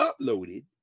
uploaded